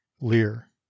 Lear